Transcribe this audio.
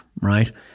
right